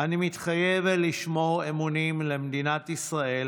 אני מתחייב לשמור אמונים למדינת ישראל